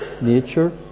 nature